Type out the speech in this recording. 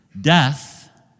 death